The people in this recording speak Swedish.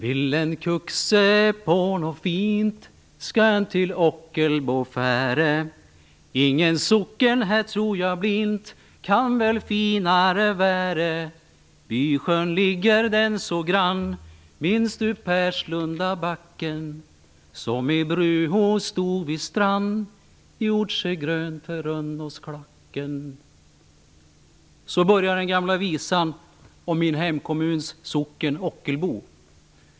Herr talman! Ingen socken hä tror ja blint, kan väl finare värä Bysjön ligger den så grann minns du Perslundabacken Så börjar den gamla visan om min hemkommuns socken Ockelbo.